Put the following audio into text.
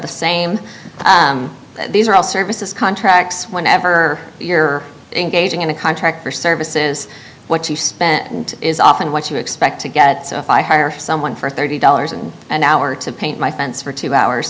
the same these are all services contracts whenever you're engaging in a contract for services what you spend is often what you expect to get someone for thirty dollars an hour to paint my fence for two hours